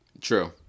True